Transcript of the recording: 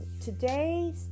Today